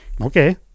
okay